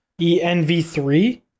ENV3